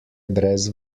brez